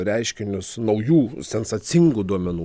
reiškinius naujų sensacingų duomenų